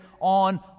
on